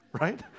Right